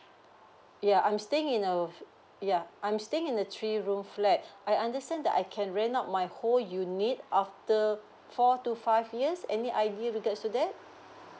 yeah I'm staying in a yeah I'm staying in a three room flat I understand that I can rent out my whole unit after four to five years any idea regard to that